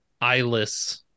eyeless